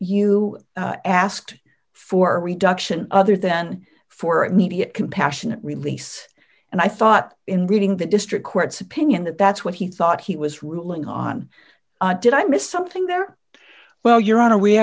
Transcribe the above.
u asked for reduction other than for immediate compassionate release and i thought in reading the district court's opinion that that's what he thought he was ruling on did i miss something there well your honor we